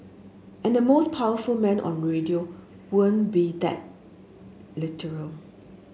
and the most powerful man on radio won't be that literal